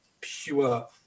pure